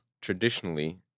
traditionally